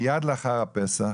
מיד לאחר הפסח,